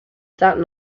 that